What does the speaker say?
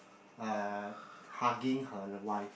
uh hugging her wife